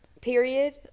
period